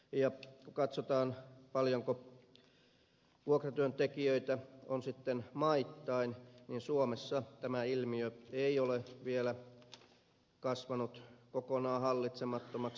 kun katsotaan paljonko vuokratyöntekijöitä on sitten maittain niin suomessa tämä ilmiö ei ole vielä kasvanut kokonaan hallitsemattomaksi